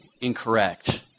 incorrect